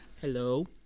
Hello